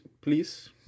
please